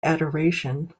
adoration